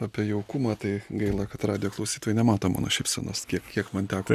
apie jaukumą tai gaila kad radijo klausytojai nemato mano šypsenos kiek kiek man teko